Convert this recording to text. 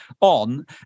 on